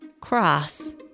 cross